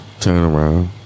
Turnaround